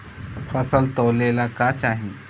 फसल तौले ला का चाही?